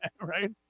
Right